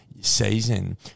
season